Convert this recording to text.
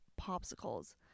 popsicles